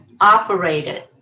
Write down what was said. operated